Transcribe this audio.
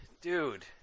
dude